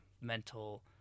mental